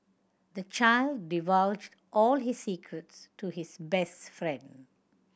the child divulged all his secrets to his best friend